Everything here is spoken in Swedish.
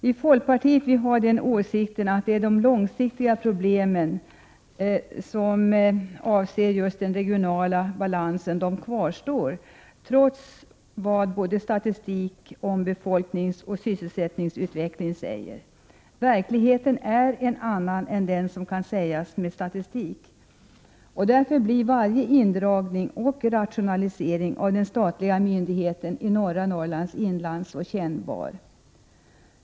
Inom folkpartiet har vi den åsikten att de långsiktiga problemen beträffande den regionala balansen kvarstår, trots det som statistik om befolkningsoch sysselsättningsutveckling visar. Verkligheten är en annan än den som framgår av statistik. Därför blir också varje indragning och rationalisering av den statliga myndigheten i norra Norrlands inland så kännbar.